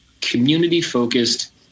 community-focused